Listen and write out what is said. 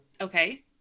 Okay